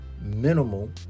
minimal